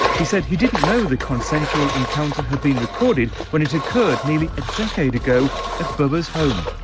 he said he didn't know the consensual encounter had been recorded when it occurred nearly a decade ago at bubba's home.